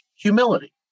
humility